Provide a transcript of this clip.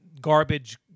garbage